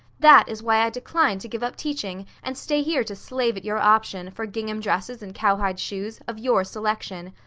that is why i decline to give up teaching, and stay here to slave at your option, for gingham dresses and cowhide shoes, of your selection.